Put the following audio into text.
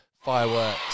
fireworks